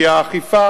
כי האכיפה,